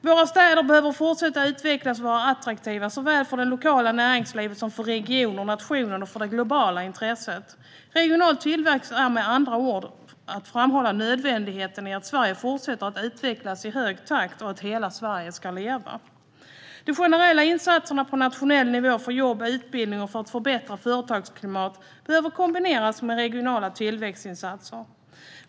Våra städer behöver fortsätta att utvecklas och vara attraktiva såväl för det lokala näringslivet som för regionerna, nationen och för det globala intresset. Regional tillväxt är med andra ord att framhålla nödvändigheten i att Sverige fortsätter att utvecklas i hög takt och att hela Sverige ska leva. De generella insatserna på nationell nivå för jobb, utbildning och ett förbättrat företagsklimat behöver kombineras med regionala tillväxtinsatser.